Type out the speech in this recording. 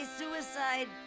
suicide